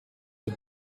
der